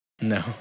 No